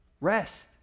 rest